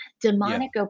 demonic